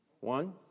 One